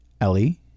Ellie